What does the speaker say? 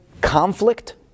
conflict